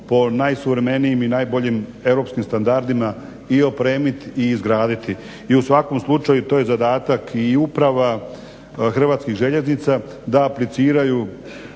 po najsuvremenijim i najboljim europskim standardima i opremiti i izgraditi. I u svakom slučaju toj je zadatak i uprava Hrvatskih željeznica da apliciraju